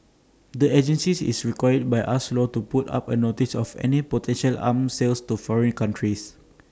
the agency is required by us law to put up A notice of any potential arm sales to foreign countries